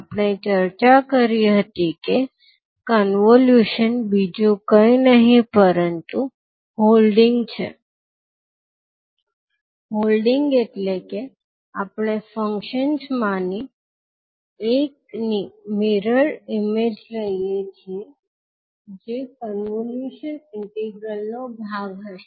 આપણે ચર્ચા કરી હતી કે કોન્વોલ્યુશન બીજું કઈ નહિ પરંતુ હોલ્ડિંગ છે હોલ્ડિંગ એટલે કે આપણે ફંક્શન્સ માંથી એકની મિરર ઇમેજ લઈએ છીએ જે કોન્વોલ્યુશન ઇન્ટિગ્રલ નો ભાગ હશે